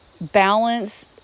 balance